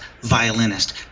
violinist